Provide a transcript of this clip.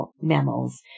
mammals